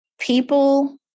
people